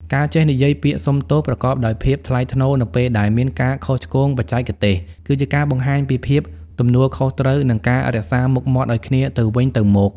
ការចេះនិយាយពាក្យ "សុំទោស" ប្រកបដោយភាពថ្លៃថ្នូរនៅពេលដែលមានការខុសឆ្គងបច្ចេកទេស គឺជាការបង្ហាញពីភាពទទួលខុសត្រូវ និងការរក្សាមុខមាត់ឱ្យគ្នាទៅវិញទៅមក។